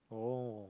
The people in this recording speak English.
oh